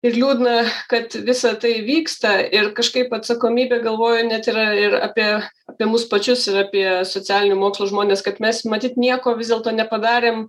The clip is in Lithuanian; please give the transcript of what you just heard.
ir liūdna kad visa tai vyksta ir kažkaip atsakomybė galvoju net yra ir apie apie mus pačius ir apie socialinių mokslų žmones kad mes matyt nieko vis dėlto nepadarėm